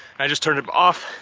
i just turned it off,